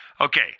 Okay